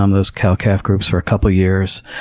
um those cow-calf groups, for a couple years.